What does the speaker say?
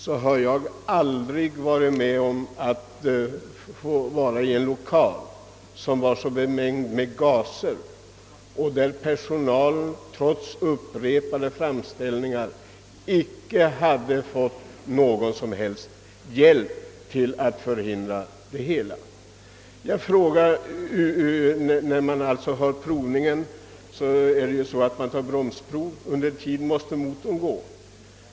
Jag hade aldrig tidigare vistats i en lokal som var så bemängd med gaser. Personalen hade, trots upprepade framställningar, icke fått någon som helst hjälp till förbättringar. Vid bilprovningen tar man bl a. bromsprov, och under tiden måste motorn gå.